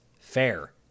fair